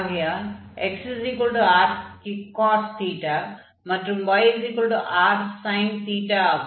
ஆகையால் xrcos மற்றும் yrsin ஆகும்